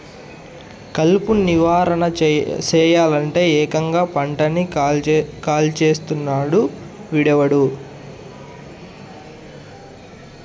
కలుపు నివారణ సెయ్యలంటే, ఏకంగా పంటని కాల్చేస్తున్నాడు వీడెవ్వడు